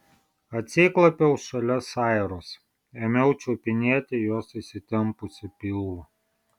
atsiklaupiau šalia sairos ėmiau čiupinėti jos įsitempusį pilvą